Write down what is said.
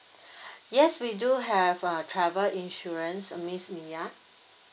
yes we do have a travel insurance uh miss mia